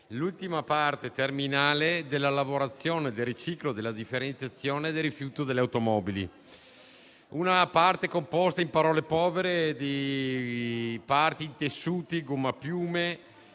la parte terminale della lavorazione, del riciclo, della differenziazione del rifiuto delle automobili. Si tratta, in parole povere, di parti in tessuto, gommapiuma,